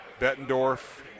Bettendorf